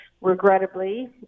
regrettably